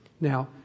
Now